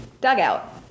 dugout